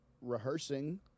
rehearsing